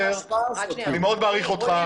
אני מאוד מעריך אותך,